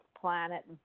planet